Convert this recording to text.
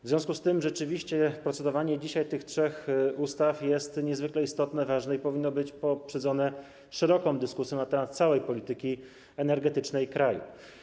W związku z tym rzeczywiście procedowanie dzisiaj nad tymi trzema ustawami jest niezwykle istotne, ważne i powinno być poprzedzone szeroką dyskusją na temat całej polityki energetycznej kraju.